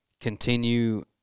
continue